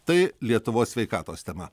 tai lietuvos sveikatos tema